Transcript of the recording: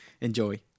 enjoy